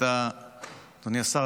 אדוני השר,